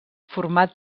format